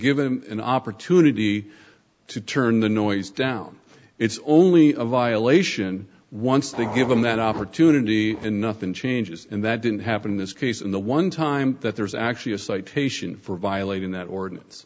them an opportunity to turn the noise down it's only a violation once they give them that opportunity and nothing changes and that didn't happen in this case in the one time that there's actually a citation for violating that ordinance